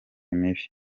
mibi